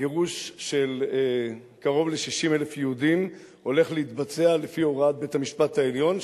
גירוש של קרוב ל-60,000 יהודים הולך להתבצע לפי הוראת בית-המשפט העליון,